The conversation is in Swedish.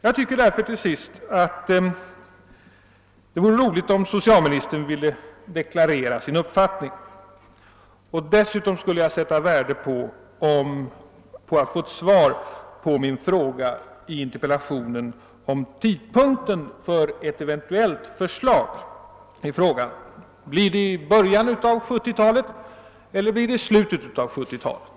Det vore värdefullt om socialministern ville deklarera sin uppfattning. Jag skulle också sätta värde på att få svar på min fråga i interpellationen om tidpunkten för ett eventuellt förslag i frågan. Blir det i början av 1970-talet eller blir det i slutet av 1970-talet?